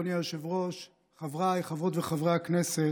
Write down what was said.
אדוני היושב-ראש, חבריי חברות וחברי הכנסת,